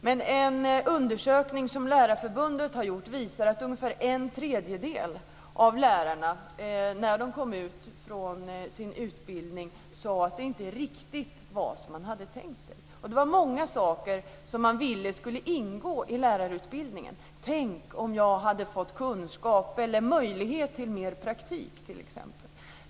Men en undersökning som Lärarförbundet har gjort visade att ungefär en tredjedel av lärarna när de kom ut i skolan efter sin utbildning sade att det inte var riktigt som de hade tänkt sig. Det var många saker som de ville skulle ingå i lärarutbildningen. De sade t.ex.: Tänk om jag hade fått kunskap eller möjlighet till mer praktik.